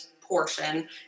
portion